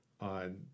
on